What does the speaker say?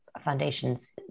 foundation's